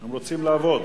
הם רוצים לעבוד.